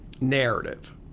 narrative